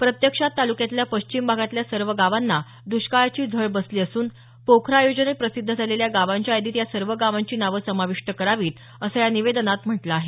प्रत्यक्षात तालुक्यातल्या पश्चिम भागातल्या सर्व गावांना दृष्काळाची झळ बसली असून पोखरा योजनेत प्रसिद्ध झालेल्या गावांच्या यादीत या सर्व गावांची नावं समाविष्ट करावीत असं या निवेदनात म्हटलं आहे